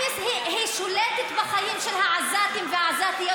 היא שולטת בחיים של העזתים והעזתיות